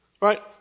right